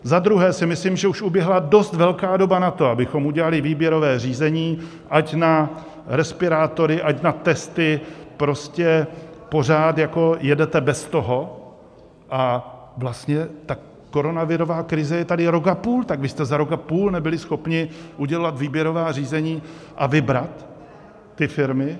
Za druhé si myslím, že už uběhla dost velká doba na to, abychom udělali výběrové řízení ať na respirátory, ať na testy, prostě pořád jedete bez toho a vlastně ta koronavirová krize je tady rok a půl, tak vy jste za rok a půl nebyli schopni udělat výběrová řízení a vybrat ty firmy.